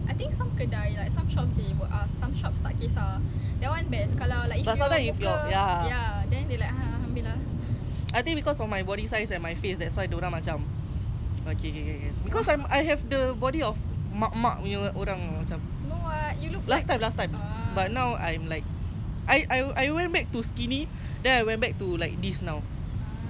tak sometimes is your ya I think because of my body size that's why dia orang macam okay okay can can because I have the body of mak-mak punya orang macam last time last time but now I am like I I went back to skinny then I went back to like this now